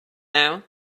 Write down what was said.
now